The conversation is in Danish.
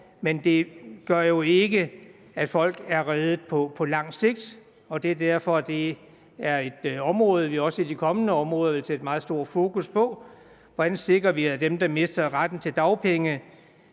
men det gør jo ikke, at folk er reddet på lang sigt, og det er derfor, at det er et område, vi også i det kommende år vil sætte meget stort fokus på. Hvordan sikrer vi, at dem, der mister retten til dagpenge,